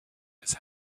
his